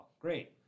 Great